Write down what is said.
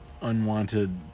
unwanted